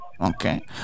Okay